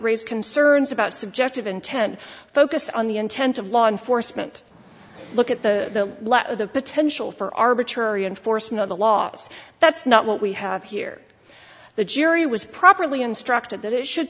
raise concerns about subjective intent focus on the intent of law enforcement look at the lack of the potential for arbitrary enforcement of the laws that's not what we have here the jury was properly instructed that it should